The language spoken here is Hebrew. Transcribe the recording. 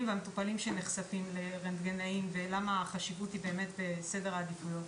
והמטפלים שנחשפים לרנטגנאים ולמה החשיבות היא בסדר העדיפויות.